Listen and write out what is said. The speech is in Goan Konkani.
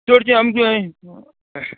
चडशें आमचें